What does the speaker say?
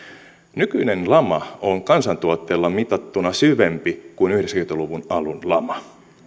nykyinen lama on kansantuotteella mitattuna syvempi kuin yhdeksänkymmentä luvun alun lama